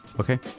Okay